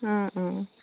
অঁ অঁ